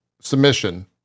submission